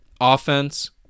Offense